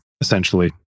Essentially